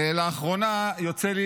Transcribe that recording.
לאחרונה יוצא לי,